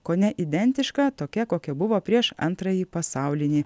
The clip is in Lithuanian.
kone identiška tokia kokia buvo prieš antrąjį pasaulinį